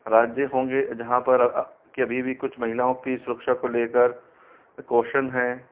राज्य होंगे जहाँ पर अभी भी कुछ महिलाओं कि सुरक्षा को लेकर प्रिकॉशन है